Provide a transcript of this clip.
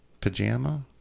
pajama